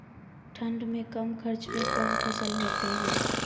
ठंड मे कम खर्च मे कौन फसल होते हैं?